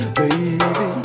baby